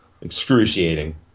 excruciating